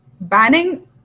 Banning